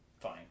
fine